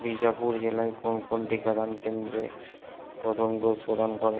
বিজাপুর জেলায় কোন কোন টিকাদান কেন্দ্রে প্রথম ডোজ প্রদান করে